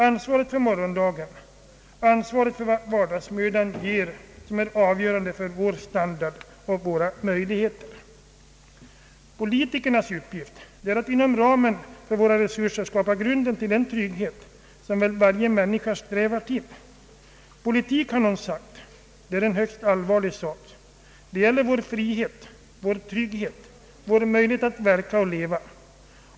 Ansvaret för morgondagen, ansvaret för vad vardagsmödan ger är avgörande för vår standard och våra möjligheter att leva. Politikernas uppgift är att inom ramen för våra resurser skapa grunden för den trygghet som väl varje människa strävar efter. Politik, har någon sagt, är en högst allvarlig sak. Det gäller vår frihet och vår trygghet, våra möjligheter att verka och leva.